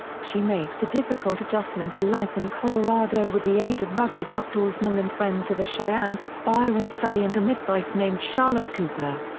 she makes the difficult adjustment to life in colorado with the aid of rugged outdoorsman and friend to the cheyenne, byron sully and a midwife named charlotte cooper.